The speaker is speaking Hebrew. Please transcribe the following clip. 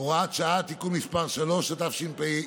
(הוראת שעה) (תיקון מס' 3), התשפ"א,